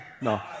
No